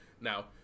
Now